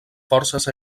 forces